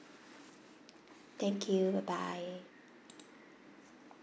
thank you bye bye